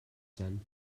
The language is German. sein